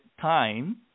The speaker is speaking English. time